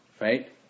Right